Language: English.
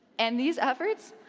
and these efforts,